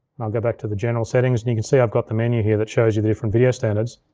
i'll go back to the general settings, and you can see i've got the menu here that shows you the different video standards.